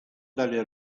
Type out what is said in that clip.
dalle